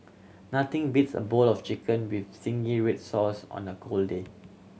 nothing beats a bowl of chicken with zingy red sauce on the cold day